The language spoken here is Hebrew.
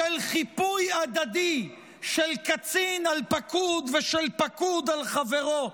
של חיפוי הדדי של קצין על פקוד, ושל פקוד על חברו?